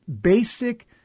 basic